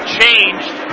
changed